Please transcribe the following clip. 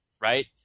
right